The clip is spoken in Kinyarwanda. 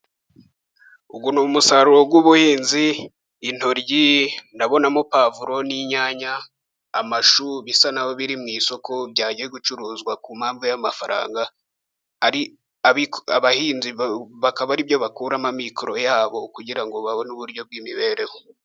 Uyu ni umusaruro w'ubuhinzi, intoryi ndabonamo pavuro n'inyanya amashu, bisa naho biri mu isoko, byagiye gucuruzwa ku mpamvu y'amafaranga, abahinzi bakaba aribyo bakuramo amikoro yabo, kugira ngo babone uburyo bw'imibereho.